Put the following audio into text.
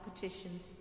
competitions